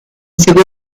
civil